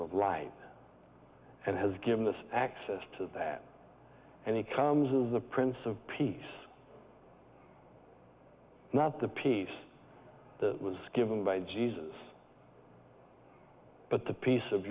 of lie and has given this access to that and he comes as the prince of peace not the peace that was given by jesus but the peace of